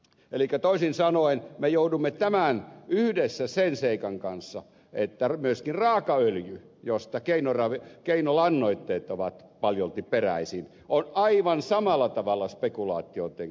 elikkä toisin sanoen me joudumme tekemisiin tämän kanssa yhdessä sen seikan kanssa että myöskin raakaöljy josta keinolannoitteet ovat paljolti peräisin on aivan samalla tavalla spekulaatioitten kohteena